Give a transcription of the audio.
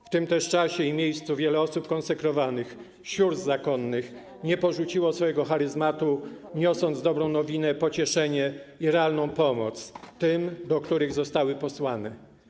W tym też czasie i miejscu wiele osób konsekrowanych, sióstr zakonnych nie porzuciło swojego charyzmatu, niosąc dobrą nowinę, pocieszenie i realną pomoc tym, do których zostały posłane.